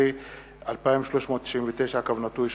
פ/2399/18,